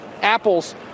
apples